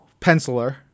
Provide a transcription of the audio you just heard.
penciler